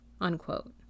unquote